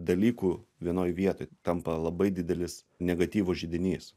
dalykų vienoj vietoj tampa labai didelis negatyvo židinys